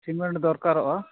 cement ᱫᱚᱨᱠᱟᱨᱚᱜᱼᱟ